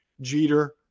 Jeter